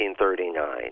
1939